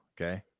Okay